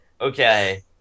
Okay